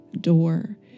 door